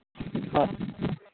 ᱦᱳᱭ